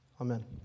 amen